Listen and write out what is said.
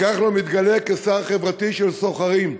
כחלון מתגלה כשר חברתי של סוחרים.